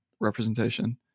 representation